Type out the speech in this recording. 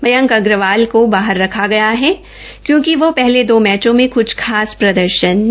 मयंक अग्रवाल को बाहर रखा गया है क्योंकि वो पहले दो मैचों में कुछ खास प्रदर्शन नहीं कर पाये थे